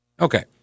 Okay